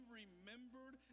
remembered